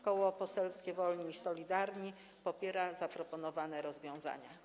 Koło Poselskie Wolni i Solidarni popiera zaproponowane rozwiązania.